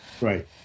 right